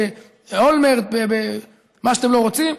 ואולמרט ומה שאתם לא רוצים.